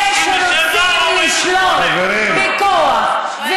בזה שרוצים לשלוט בכוח בעם אחר.